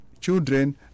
children